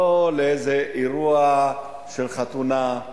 לא לאיזה אירוע של חתונה,